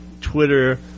Twitter